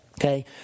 Okay